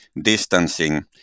distancing